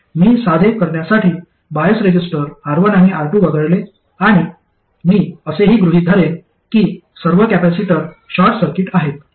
मी साधे करण्यासाठी bias resistor R1 आणि R2 वगळेल आणि मी असेही गृहित धरेन की सर्व कॅपेसिटर शॉर्ट सर्किट्स आहेत